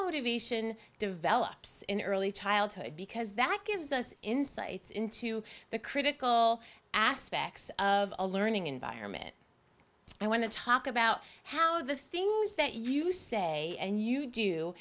motivation develops in early childhood because that gives us insights into the critical aspects of a learning environment i want to talk about how the things that you say and you do